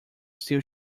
still